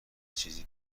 چیزی